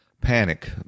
panic